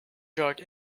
drug